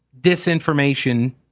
disinformation